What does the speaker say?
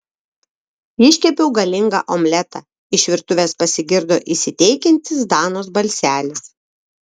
iškepiau galingą omletą iš virtuvės pasigirdo įsiteikiantis danos balselis